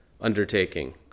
undertaking